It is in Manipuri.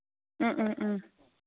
ꯎꯝ ꯎꯝ ꯎꯝ